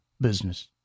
Business